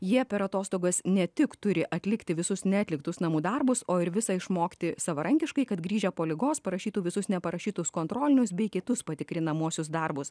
jie per atostogas ne tik turi atlikti visus neatliktus namų darbus o ir visai išmokti savarankiškai kad grįžę po ligos parašytų visus neparašytus kontrolinius bei kitus patikrinamuosius darbus